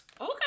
Okay